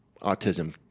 autism